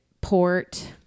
Port